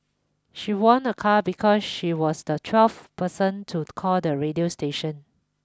she won a car because she was the twelfth person to call the radio station